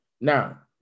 now